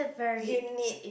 unique